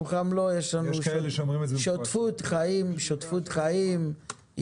יש לנו שותפות חיים יפה,